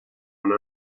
una